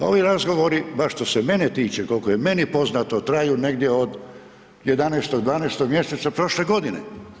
Pa ovi razgovori, bar što se mene tiče, koliko je meni poznato, traju negdje od 11., 12. mjeseca prošle godine.